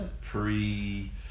pre